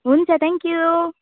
हुन्छ थ्याङ्क्यु